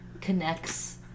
connects